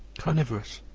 carnivorous,